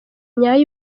nyayo